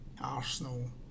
Arsenal